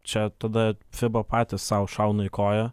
čia tada fiba patys sau šauna į koją